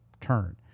turn